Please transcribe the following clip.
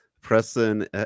Preston